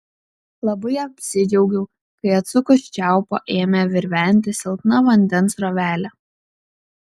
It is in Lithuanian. labai apsidžiaugiau kai atsukus čiaupą ėmė virventi silpna vandens srovelė